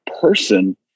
person